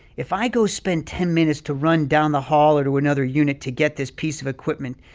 if i go spend ten minutes to run down the hall or to another unit to get this piece of equipment,